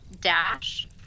dash